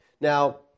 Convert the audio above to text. Now